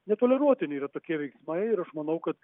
netoleruotini yra tokie veiksmai ir aš manau kad